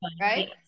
right